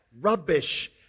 rubbish